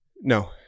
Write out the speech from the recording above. No